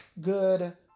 good